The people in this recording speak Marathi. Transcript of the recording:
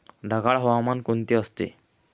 ढगाळ हवामान कोणते असते?